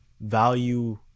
Value